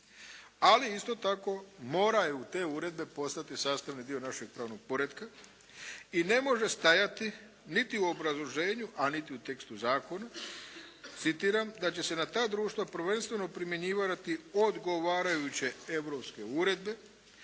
ali isto tako moraju te uredbe postati sastavni dio našeg pravnog poretka i ne može stajati niti u obrazloženju, a niti u tekstu zakona, citiram: "da će se na ta društva prvenstveno primjenjivati odgovarajuće europske uredbe"